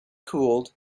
cooled